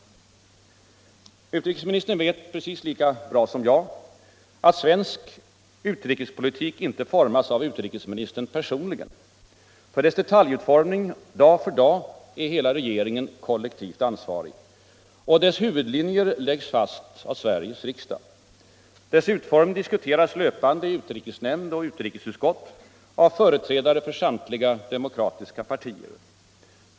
Utrikesministern vet precis lika bra som jag att svensk utrikespolitik inte formas av utrikesministern personligen. För dess detaljutformning dag för dag är hela regeringen kollektivt ansvarig. Dess huvudlinjer läggs fast av Sveriges riksdag. Dess utformning diskuteras löpande i utrikesnämnd och utrikesutskott av företrädare för samtliga demokratiska partier.